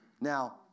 Now